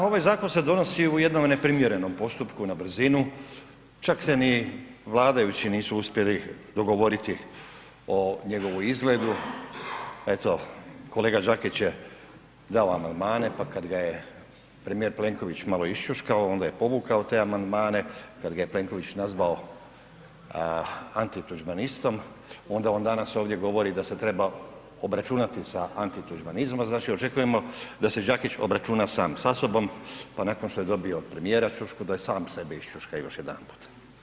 Pa ovaj zakon se donosi u jednom neprimjerenom postupku, na brzinu, čak se ni vladajući nisu uspjeli dogovoriti o njegovu izgledu, eto, kolega Đakić je dao amandmane pa kad ga je premijer Plenković malo išćuškao, onda je povukao te amandmane, kad ga je Plenković nazvao antituđmanistom, onda on danas ovdje govori da se treba obračunati sa antituđmanizmom, znači očekujemo da se Đakić obračuna sam sa sobom, pa nakon što je dobio od premijera ćušku, da je sam sebe išćuška još jedanput.